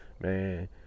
Man